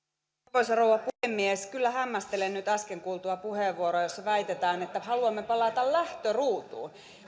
arvoisa rouva puhemies kyllä hämmästelen nyt äsken kuultua puheenvuoroa jossa väitetään että haluamme palata lähtöruutuun